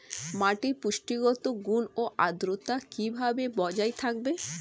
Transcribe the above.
মাটির পুষ্টিগত গুণ ও আদ্রতা কিভাবে বজায় থাকবে?